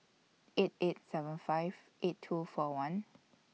eight eight seven five eight two four one